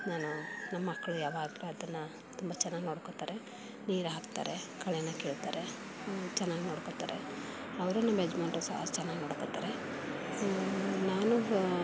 ನಾನು ನಮ್ಮ ಮಕ್ಕಳು ಯಾವಾಗಲೂ ಅದನ್ನು ತುಂಬ ಚೆನ್ನಾಗಿ ನೋಡ್ಕೊಳ್ತಾರೆ ನೀರು ಹಾಕ್ತಾರೆ ಕಳೆನ ಕೀಳ್ತಾರೆ ಚೆನ್ನಾಗಿ ನೋಡ್ಕೊಳ್ತಾರೆ ಅವರು ನಮ್ಮ ಯಜಮಾನ್ರೂ ಸಹ ಚೆನ್ನಾಗಿ ನೋಡ್ಕೊಳ್ತಾರೆ ನಾನು